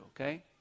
okay